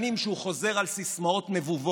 שנים שהוא חזר על סיסמאות נבובות